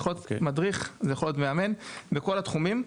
זה יכול להיות מאמן בכל התחומים.